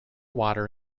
water